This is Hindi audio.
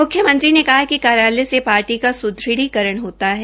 म्ख्यमंत्री ने कहा कि कार्यालय से पार्टी को सुदृढ़ीकरण होता है